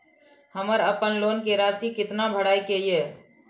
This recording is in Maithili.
हमर अपन लोन के राशि कितना भराई के ये?